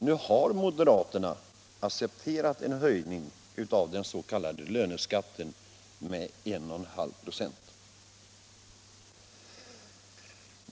Nu har moderaterna accepterat en höjning av den s.k. löneskatten med 1,5 96.